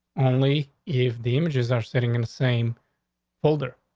only if the images are sitting in the same holder.